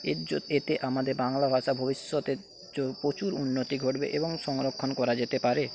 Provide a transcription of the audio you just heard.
এতে আমাদের বাংলা ভাষা ভবিষ্যতে প্রচুর উন্নতি ঘটবে এবং সংরক্ষণ করা যেতে পারে